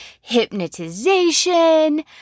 hypnotization